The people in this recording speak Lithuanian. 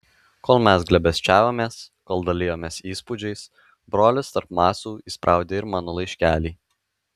kol mes glėbesčiavomės kol dalijomės įspūdžiais brolis tarp macų įspraudė ir mano laiškelį